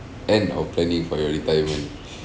and or planning for your retirement